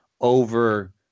over